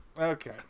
Okay